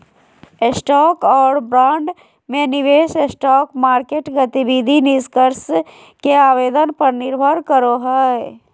stock और bond में निवेश स्टॉक मार्केट गतिविधि निष्कर्ष के आवेदन पर निर्भर करो हइ